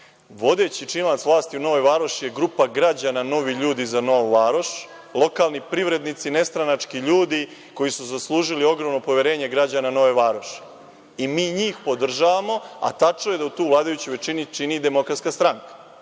Vodeći činilac vlasti u Novoj Varoši je grupa građana – Novi ljudi za Novu Varoš, lokalni privrednici, nestranački ljudi koji su zaslužili ogromno poverenje građana Nove Varoši i mi njih podržavamo. A tačno je da tu vladajuću većinu čini i DS.Zanimljivo